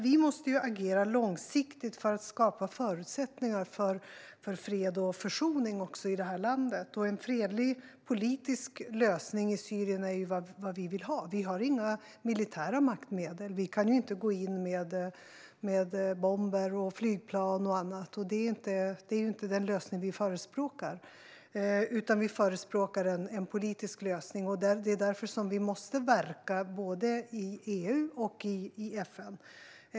Vi måste agera långsiktigt för att skapa förutsättningar för fred och försoning i Syrien. En fredlig politisk lösning i landet är vad vi vill ha. Vi har inga militära maktmedel. Vi kan inte gå in med bomber, flygplan eller annat. Det är inte den lösningen vi förespråkar, utan vi förespråkar en politisk lösning. Därför måste vi verka både i EU och i FN.